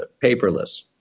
paperless